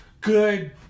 good